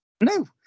No